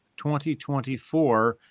2024